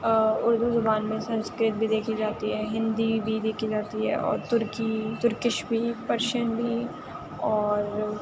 اُردو زبان میں سنسکرت بھی دیکھی جاتی ہے ہندی بھی دیکھی جاتی ہے اور ترکی ترکش بھی پرشین بھی اور